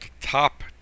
Top